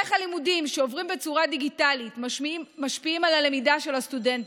איך הלימודים שעוברים בצורה דיגיטלית משפיעים על הלמידה של הסטודנטים?